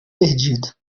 perdido